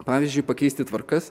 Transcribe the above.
pavyzdžiui pakeisti tvarkas